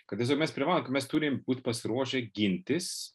kad mes privalom kad mes turim būt pasiruošę gintis